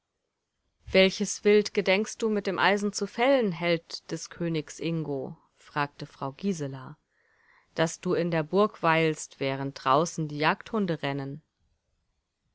welches wild gedenkst du mit dem eisen zu fällen held des königs ingo fragte frau gisela daß du in der burg weilst während draußen die jagdhunde rennen